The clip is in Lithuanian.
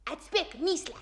atspėk mįslę